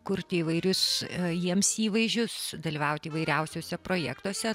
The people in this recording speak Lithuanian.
kurti įvairius jiems įvaizdžius dalyvauti įvairiausiuose projektuose